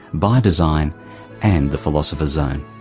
by design and the philosopher's zone.